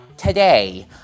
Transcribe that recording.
Today